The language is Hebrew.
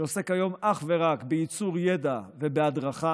שעוסק היום אך ורק בייצור ידע ובהדרכה,